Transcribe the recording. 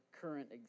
current